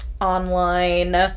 online